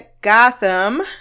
Gotham